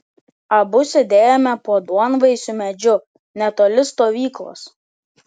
abu sėdėjome po duonvaisiu medžiu netoli stovyklos